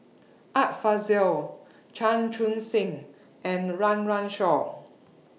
Art Fazil Chan Chun Sing and Run Run Shaw